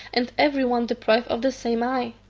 and every one deprived of the same eye.